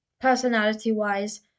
personality-wise